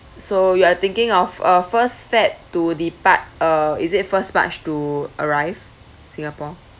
so you are thinking of uh first feb~ to depart uh is it first march to arrive singapore